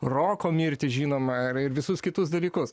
roko mirtį žinoma ir ir visus kitus dalykus